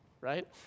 Right